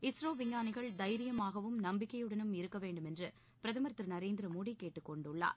இஸ்ரோ விஞ்ஞானிகள் தைரியமாகவும் நம்பிக்கையுடனும் இருக்க வேண்டுமென்று பிரதமர் திரு நரேந்திர மோடி கேட்டுக் கொண்டுள்ளார்